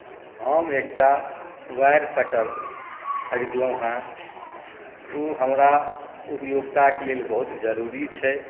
हम एकटा wire cutter खरीदलहुँ हेँ ओ हमरा उपयोगिताके लेल बहुत जरूरी छै